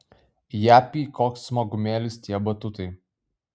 japy koks smagumėlis tie batutai